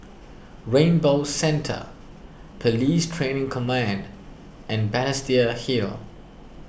Rainbow Centre Police Training Command and Balestier Hill